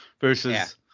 versus